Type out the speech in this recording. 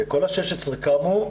כל ה-16 קמו,